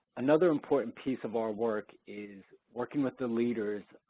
another important piece of our work is working with the leaders